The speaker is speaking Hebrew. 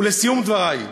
ולסיום דברי,